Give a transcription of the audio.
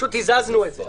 פשוט הזזנו את זה.